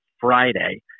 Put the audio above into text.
Friday